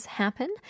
happen